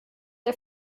der